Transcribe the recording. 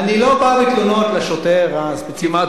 אני לא בא בתלונות לשוטר הספציפי,